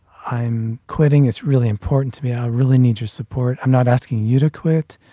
i'm quitting. it's really important to me. i really need your support. i'm not asking you to quit,